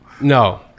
No